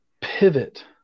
pivot